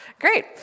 Great